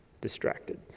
distracted